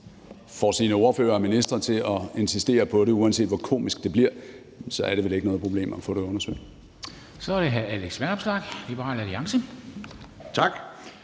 får sine ordførere og ministre til at insistere på det, uanset hvor komisk det bliver, så er det vel ikke noget problem at få det undersøgt. Kl. 10:26 Formanden (Henrik Dam